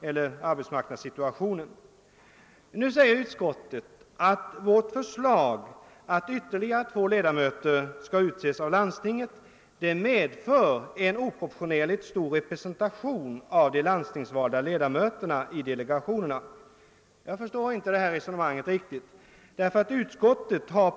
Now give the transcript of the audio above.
Utskottet säger att motionerärenas förslag att ytterligare två ledamöter skall utses av landstingen medför en oproportionerligt stor representation av de landstingsvalda ledamöterna i delegationerna. Jag förstår inte riktigt det resonemanget.